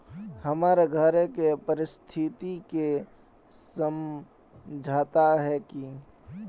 हमर घर के परिस्थिति के समझता है की?